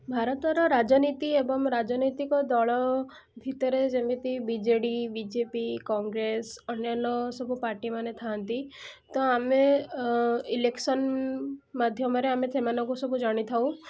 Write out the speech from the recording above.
ଭାରତର ରାଜନୀତି ଏବଂ ରାଜନୈତିକ ଦଳ ଭିତରେ ଯେମିତି B J D B J P Congress ଅନ୍ୟାନ୍ୟ ସବୁ ପାର୍ଟୀମାନେ ଥାଆନ୍ତି ତ ଆମେ ଇଲେକ୍ସନ୍ ମାଧ୍ୟମରେ ଆମେ ସେମାନଙ୍କୁ ଜାଣିଥାଉ